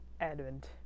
advent